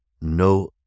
no